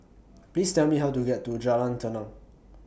Please Tell Me How to get to Jalan Tenang